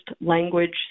language